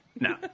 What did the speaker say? No